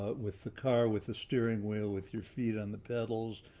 but with the car with a steering wheel, with your feet on the pedals,